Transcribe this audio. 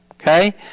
Okay